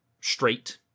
straight